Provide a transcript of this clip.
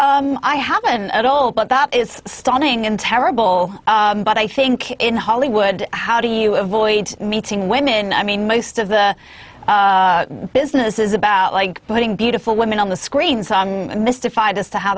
i haven't at all but that is stunning and terrible but i think in hollywood how do you avoid meeting women i mean most of the business is about like putting beautiful women on the screen so i'm mystified as to how